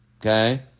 okay